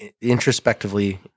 introspectively